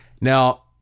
Now